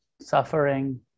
suffering